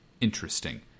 interesting